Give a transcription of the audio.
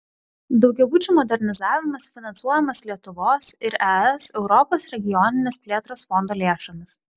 daugiabučių modernizavimas finansuojamas lietuvos ir es europos regioninės plėtros fondo lėšomis